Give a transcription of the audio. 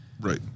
Right